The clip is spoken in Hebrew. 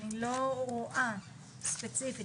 אני לא רואה ספציפית,